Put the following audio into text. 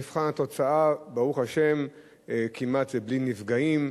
במבחן התוצאה ברוך השם זה כמעט בלי נפגעים,